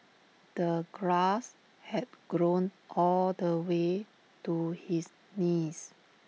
the grass had grown all the way to his knees